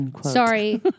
Sorry